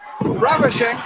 Ravishing